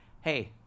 Hey